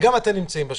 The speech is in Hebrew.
וגם אתם נמצאים בשטח,